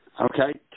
Okay